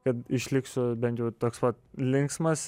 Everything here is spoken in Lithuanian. kad išliksiu bent jau toks pat linksmas